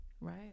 Right